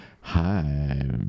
hi